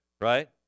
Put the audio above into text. right